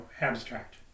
abstract